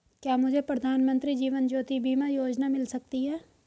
क्या मुझे प्रधानमंत्री जीवन ज्योति बीमा योजना मिल सकती है?